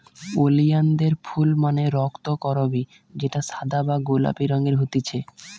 ওলিয়ানদের ফুল মানে রক্তকরবী যেটা সাদা বা গোলাপি রঙের হতিছে